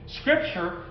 Scripture